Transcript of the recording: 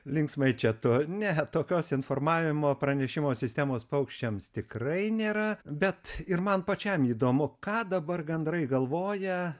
linksmai čia tu ne tokios informavimo pranešimo sistemos paukščiams tikrai nėra bet ir man pačiam įdomu ką dabar gandrai galvoja